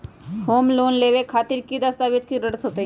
Home loan लेबे खातिर की की दस्तावेज के जरूरत होतई?